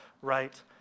right